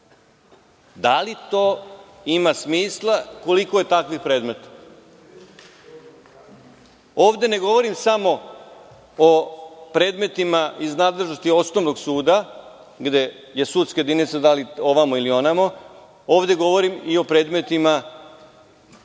Da li to ima smisla? Koliko je takvih predmeta? Ovde ne govorim samo o predmetima iz nadležnosti Osnovnog suda, gde je sudska jedinica da li ovamo ili onamo, ovde govorim i o predmetima